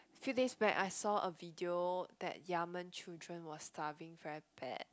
few days back I saw a video that Yemen children was starving very bad